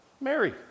Mary